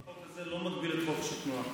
החוק הזה לא מגביל את חופש התנועה.